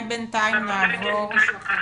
ובלי קשר,